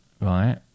right